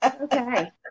Okay